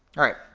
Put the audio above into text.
alright,